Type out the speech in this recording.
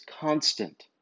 constant